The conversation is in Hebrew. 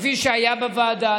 כפי שהיה בוועדה.